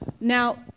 Now